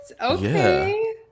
Okay